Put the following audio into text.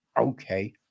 okay